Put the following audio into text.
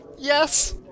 Yes